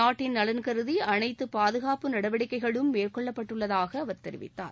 நாட்டின் நலன் கருதி அனைத்து பாதுகாப்பு நடவடிக்கைகளும் மேற்கொள்ளப்பட்டுள்ளதாக அவர் தெரிவித்தார்